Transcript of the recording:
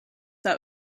that